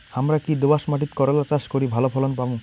হামরা কি দোয়াস মাতিট করলা চাষ করি ভালো ফলন পামু?